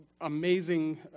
amazing